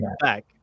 back